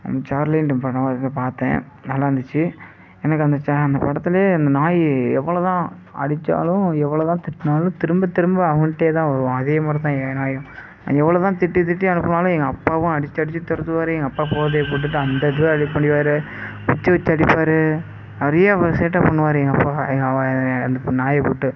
அந்த சார்லின்ற படம் அது பார்த்தேன் நல்லாருந்துச்சு எனக்கு அந்த சா அந்த படத்திலேயே அந்த நாய் எவ்வளோ தான் அடித்தாலும் எவ்வளோ தான் திட்டினாலும் திரும்ப திரும்ப அவன்கிட்டையேதான் வரும் அதே மாதிரிதான் என் நாயும் எவ்வளோ தான் திட்டி திட்டி அனுப்பினாலும் எங்கள் அப்பாவும் அடிச்சு அடிச்சு துரத்துவாரு எங்கள் அப்பா போதையை போட்டுவிட்டு அந்த அடி அடிப்பார் குச்சி வெச்சு அடிப்பார் நிறையா சேட்டை பண்ணுவாரு எங்கள் அப்பா எங்கள் அந்த நாயை போட்டு